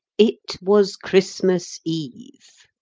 it was christmas eve!